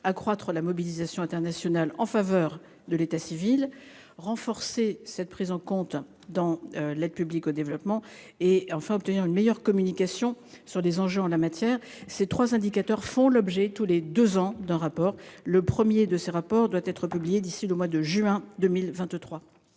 accroître la mobilisation internationale en faveur de l'état civil ; renforcer cette prise en compte dans l'aide publique au développement ; obtenir une meilleure communication sur les enjeux en la matière. Ces trois indicateurs font l'objet d'un rapport tous les deux ans et le premier de ces rapports doit être publié d'ici au mois de juin 2023.